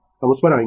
हम उस पर आएंगें